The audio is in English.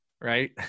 right